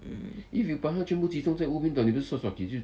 um